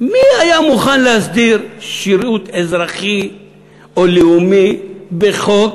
מי היה מוכן להסדיר שירות אזרחי או לאומי בחוק